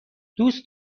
دوست